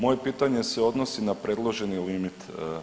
Moje pitanje se odnosi na predloženi limit.